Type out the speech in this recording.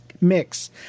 mix